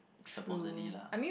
supposedly lah